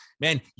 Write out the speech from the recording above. man